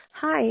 Hi